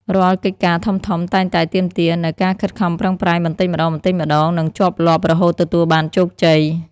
រាល់កិច្ចការធំៗតែងតែទាមទារនូវ ការខិតខំប្រឹងប្រែងបន្តិចម្តងៗ និងជាប់លាប់រហូតទទួលបានជោគជ័យ។